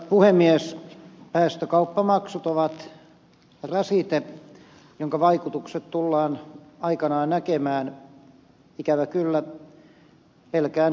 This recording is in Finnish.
päästökauppamaksut ovat rasite jonka vaikutukset tullaan aikanaan näkemään ikävä kyllä pelkään kielteisinä